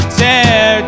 tear